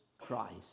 Christ